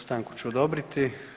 Stanku ću odobriti.